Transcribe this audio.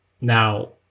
Now